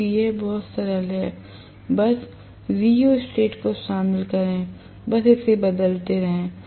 क्योंकि यह बहुत सरल है बस रियोस्टेट को शामिल करें बस इसे बदलते रहें